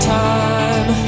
time